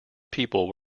people